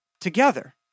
together